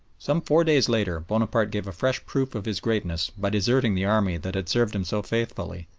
some four days later bonaparte gave a fresh proof of his greatness by deserting the army that had served him so faithfully,